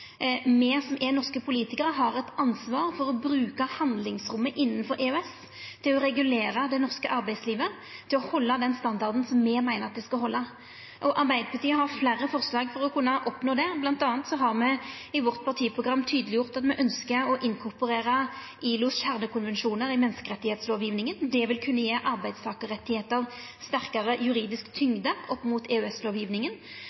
å bruka handlingsrommet innanfor EØS til å regulera det norske arbeidslivet, til å halda den standarden som me meiner det skal halda. Arbeidarpartiet har fleire forslag for å kunna oppnå det. Blant anna har me i vårt partiprogram tydeleggjort at me ynskjer å inkorporera ILOs kjernekonvensjonar i menneskerettslovgjevinga. Det vil kunna gje arbeidstakarrettane sterkare juridisk